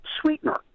sweetener